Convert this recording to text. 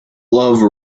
love